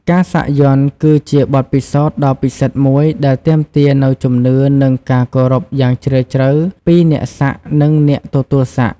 ការសាក់យ័ន្តគឺជាបទពិសោធន៍ដ៏ពិសិដ្ឋមួយដែលទាមទារនូវជំនឿនិងការគោរពយ៉ាងជ្រាលជ្រៅពីអ្នកសាក់និងអ្នកទទួលសាក់។